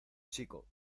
chico